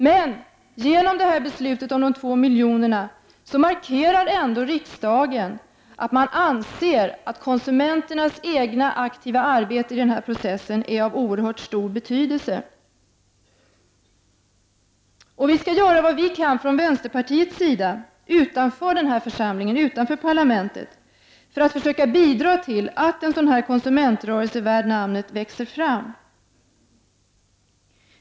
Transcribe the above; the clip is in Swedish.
Men genom detta beslut om de 2 miljonerna markerar riksdagen ändå att man anser att konsumenternas egna aktiva arbete i denna process är av oerhört stor betydelse. Vi från vänsterpartiet skall i alla fall göra vad vi kan utanför denna församling, utanför parlamentet, för att försöka bidra till att en sådan konsumentrörelse värd namnet växer fram.